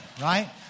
right